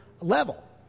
level